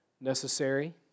necessary